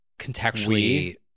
contextually